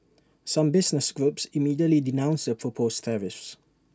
some business groups immediately denounced the proposed tariffs